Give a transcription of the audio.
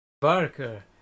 Barker